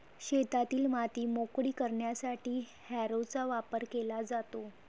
शेतातील माती मोकळी करण्यासाठी हॅरोचा वापर केला जातो